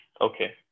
Okay